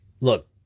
Look